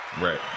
Right